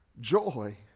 joy